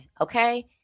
Okay